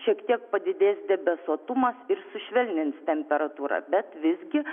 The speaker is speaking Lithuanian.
šiek tiek padidės debesuotumas ir sušvelnins temperatūrą bet visgi